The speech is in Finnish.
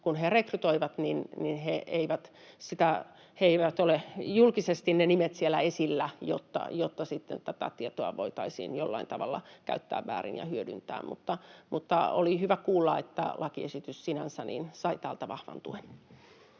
kun rekrytoidaan, niin ne nimet eivät ole julkisesti siellä esillä, jolloin tätä tietoa voitaisiin jollain tavalla käyttää väärin ja hyödyntää. Mutta oli hyvä kuulla, että lakiesitys sinänsä sai täältä vahvan tuen.